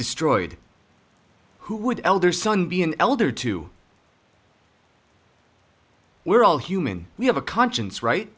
destroyed who would elder son be an elder to we're all human we have a conscience right